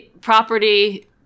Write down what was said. property